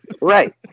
Right